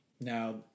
now